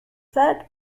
third